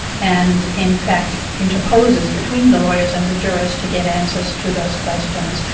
and in fact interposes between the lawyers and the jurors to get answers to those questions.